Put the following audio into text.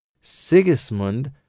Sigismund